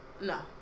No